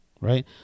right